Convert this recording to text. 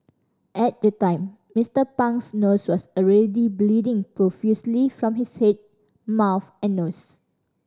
at the time Mister Pang's nose was already bleeding profusely from his head mouth and nose